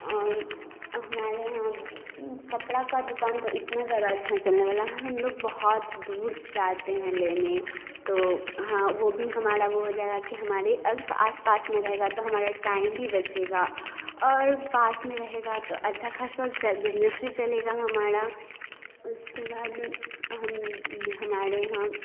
और हमारे यहाँ कपड़ा का दुकान इतना ज्यादा अच्छा चलने वाला है हम लोग बहुत दूर से जाते हैं लेने तो हाँ वो भी हमारा वो हो जाएगा कि हमारे आसपास में रहेगा तो हमारा टाइम भी बचेगा और पास में रहेगा तो अच्छा खासा च बिजनेस भी चलेगा हमारा उसके बाद हम हमारे यहाँ